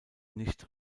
nicht